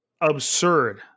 absurd